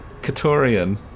Katorian